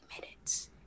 minutes